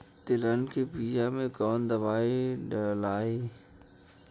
तेलहन के बिया मे कवन दवाई डलाई?